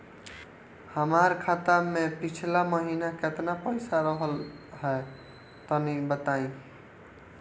हमार खाता मे पिछला महीना केतना पईसा रहल ह तनि बताईं?